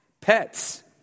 Pets